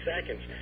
seconds